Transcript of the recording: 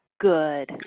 Good